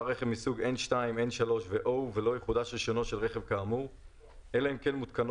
-- של פרסום תקנים